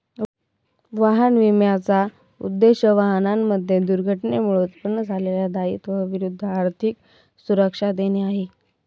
वाहन विम्याचा उद्देश, वाहनांमध्ये दुर्घटनेमुळे उत्पन्न झालेल्या दायित्वा विरुद्ध आर्थिक सुरक्षा देणे आहे